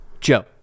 Joe